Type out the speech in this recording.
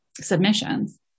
submissions